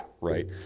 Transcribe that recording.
right